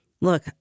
Look